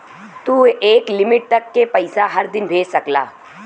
तू एक लिमिट तक के पइसा हर दिन भेज सकला